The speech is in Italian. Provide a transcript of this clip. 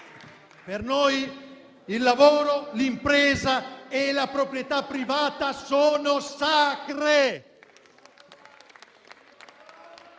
Per noi il lavoro, l'impresa e la proprietà privata sono sacri.